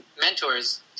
mentors